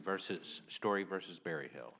versus story versus barry hill